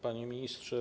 Panie Ministrze!